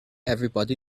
everybody